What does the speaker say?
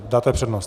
Dáte přednost.